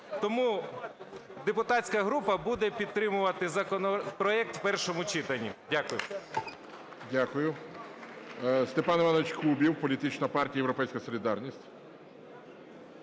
Тому депутатська група буде підтримувати законопроект у першому читанні. Дякую.